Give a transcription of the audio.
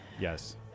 Yes